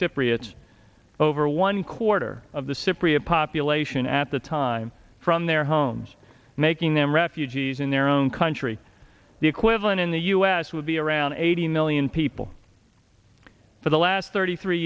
cypriots over one quarter of the cypriot population at the time from their homes making them refugees in their own country the equivalent in the us would be around eighty million people for the last thirty three